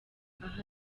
aha